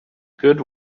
good